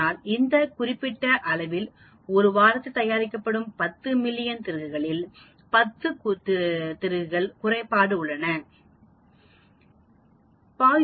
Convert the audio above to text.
அதனால் இந்த குறிப்பிட்ட அளவில்ஒரு வாரத்தில் தயாரிக்கப்படும் 1 மில்லியன் திருகுகளில் 10 குறைபாடுள்ள திருகுகள்